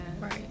right